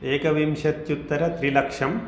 एकविंशत्युत्तर त्रिलक्षम्